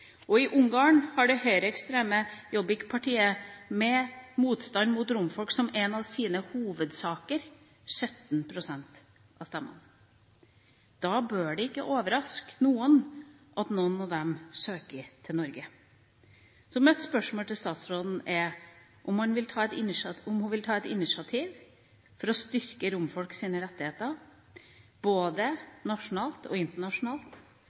I Ungarn har det høyreekstreme Jobbik-partiet, med motstand mot romfolk som en av sine hovedsaker, 17 pst. av stemmene. Da bør det ikke overraske noen at noen av dem søker til Norge. Mitt spørsmål til statsråden er om hun vil ta et initiativ for å styrke romfolks rettigheter både nasjonalt og internasjonalt, om de kanskje kan få en unnskyldning for